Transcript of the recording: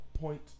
point